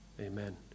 Amen